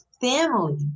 family